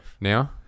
Now